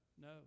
No